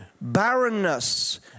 Barrenness